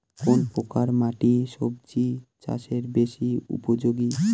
কোন প্রকার মাটি সবজি চাষে বেশি উপযোগী?